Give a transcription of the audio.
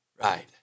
Right